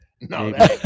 No